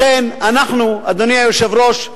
לכן אנחנו, אדוני היושב-ראש,